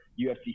UFC